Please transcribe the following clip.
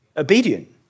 Obedient